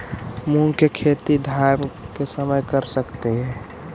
मुंग के खेती धान के समय कर सकती हे?